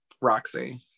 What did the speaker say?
Roxy